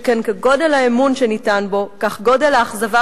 שכן כגודל האמון שניתן בו כך גודל האכזבה